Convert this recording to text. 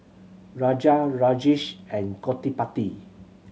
Raja Rajesh and Gottipati